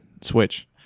Switch